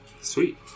Sweet